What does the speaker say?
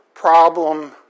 problem